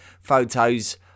photos